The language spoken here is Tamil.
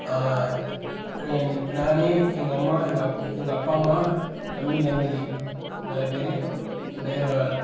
நான் எங்கள் அம்மா எங் எங்கள் அப்பா அம்மா தம்பி தங்கச்சி நாலு பேர் ட்ரைவரு ஒரு ஆள்